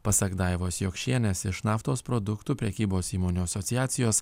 pasak daivos jokšienės iš naftos produktų prekybos įmonių asociacijos